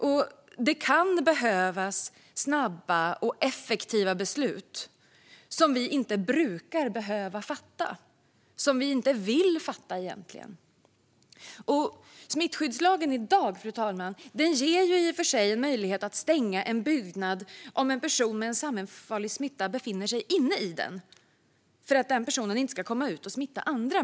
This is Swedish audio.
Och det kan behövas snabba och effektiva beslut som vi inte brukar behöva fatta och som vi egentligen inte vill fatta. Fru talman! Smittskyddslagen ger i dag en möjlighet att stänga en byggnad om en person med en samhällsfarlig smitta befinner sig inne i den för att den personen inte ska komma ut och smitta andra.